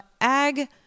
Ag